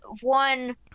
one